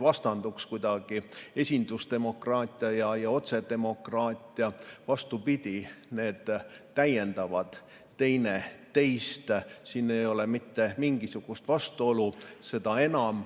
vastanduks kuidagi esindusdemokraatia ja otsedemokraatia. Vastupidi, need täiendavad teineteist. Siin ei ole mitte mingisugust vastuolu. Seda enam,